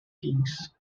kings